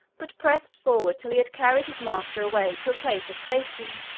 but pressed forward till he had carried his master away to a place of safety,